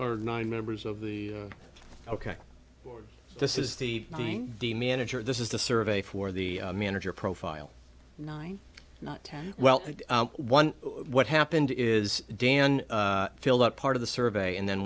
or nine members of the ok this is the thing the manager this is the survey for the manager profile nine not ten well one what happened is dan filled out part of the survey and then